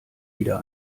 wieder